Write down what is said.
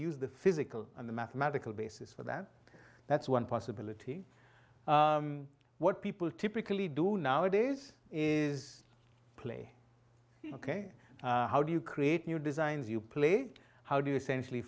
use the physical and the mathematical basis for that that's one possibility what people typically do nowadays is play ok how do you create new designs you play how do you essentially